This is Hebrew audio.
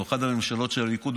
אחת הממשלות של הליכוד,